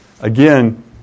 again